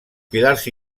pilars